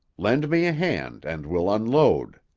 lend me a hand and we'll unload.